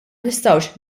nistgħux